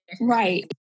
right